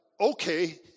okay